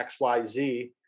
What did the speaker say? xyz